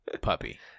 puppy